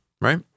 right